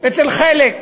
אצל חלקן.